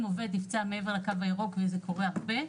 עובד נפצע מעבר לקו הירוק וזה קורה הרבה,